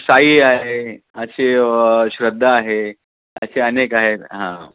साई आहे असे श्रद्धा आहे असे अनेक आहेत हां